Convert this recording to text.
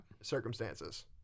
circumstances